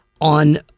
on